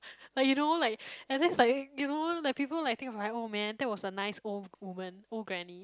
like you know like I think it's like you know like people like think of like oh man that was a nice old woman old granny